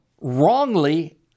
wrongly